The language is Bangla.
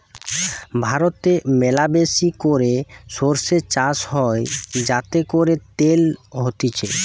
ভারতে ম্যালাবেশি করে সরষে চাষ হয় যাতে করে তেল হতিছে